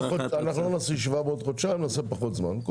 לא נעשה ישיבה בעוד חודשים נעשה בעוד פחות זמן.